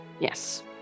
Yes